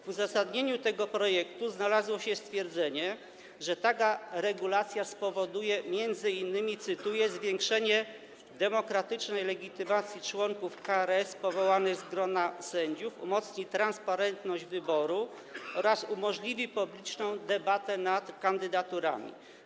W uzasadnieniu tego projektu znalazło się stwierdzenie, że taka regulacja spowoduje m.in. - cytuję - zwiększenie demokratycznej legitymacji członków KRS powołanych z grona sędziów, umocni transparentność wyboru oraz umożliwi publiczną debatę nad kandydaturami.